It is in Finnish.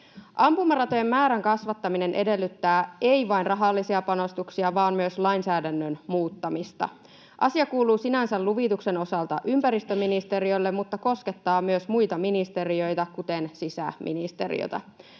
Ampumaratojen määrän kasvattaminen edellyttää ei vain rahallisia panostuksia vaan myös lainsäädännön muuttamista. Asia kuuluu sinänsä luvituksen osalta ympäristöministeriölle mutta koskettaa myös muita ministeriöitä, kuten sisäministeriötä.